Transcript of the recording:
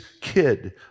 kid